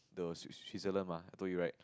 the sw~ Switzerland mah I told you right